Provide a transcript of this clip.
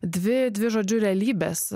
dvi dvi žodžiu realybės